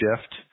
shift